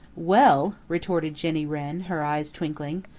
well, retorted jenny wren, her eyes twinkling,